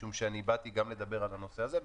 משום שאני באתי גם לדבר על הנושא הזה,